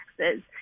taxes